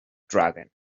dragon